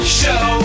show